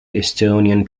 estonian